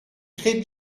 très